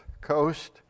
Coast